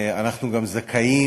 אנחנו גם זכאים